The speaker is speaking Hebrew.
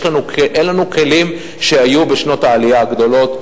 אין לנו כלים שהיו בשנות העלייה הגדולה,